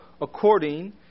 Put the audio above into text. According